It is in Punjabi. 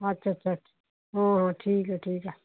ਅੱਛਾ ਅੱਛਾ ਹਾਂ ਹਾਂ ਠੀਕ ਹੈ ਠੀਕ ਹੈ